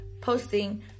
posting